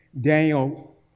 Daniel